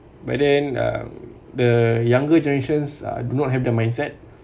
but then uh the younger generations uh do not have the mindset